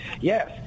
yes